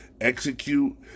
execute